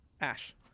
Ash